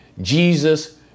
Jesus